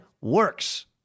works